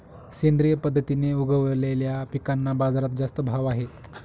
सेंद्रिय पद्धतीने उगवलेल्या पिकांना बाजारात जास्त भाव आहे